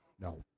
No